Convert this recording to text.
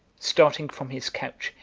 starting from his couch,